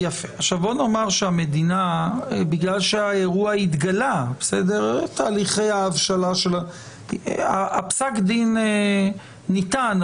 בוא נאמר שפסק הדין ניתן,